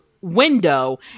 window